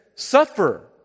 Suffer